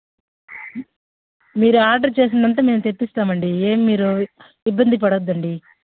మీరు ఆర్డర్ చేసిందంతా మేము తెప్పిస్తామండి ఏం మీరు ఇబ్బంది పడొద్దండి